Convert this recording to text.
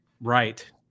right